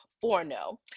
Forno